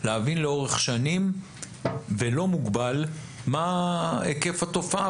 להבין לאורך שנים ולא מוגבל ולדעת מה היקף התופעה